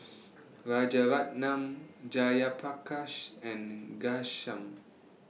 Rajaratnam Jayaprakash and Ghanshyam